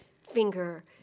finger